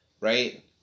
right